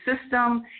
system